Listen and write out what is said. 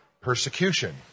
persecution